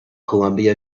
colombia